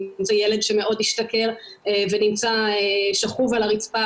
אם זה ילד שמאוד השתכר ונמצא שכוב על הרצפה,